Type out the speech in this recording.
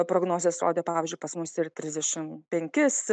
prognozės rodė pavyzdžiui pas mus ir trisdešimt penkis